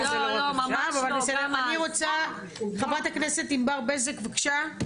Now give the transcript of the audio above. אני רוצה את חברת הכנסת ענבר בזק, בבקשה,